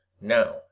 Now